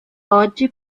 oggi